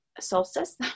solstice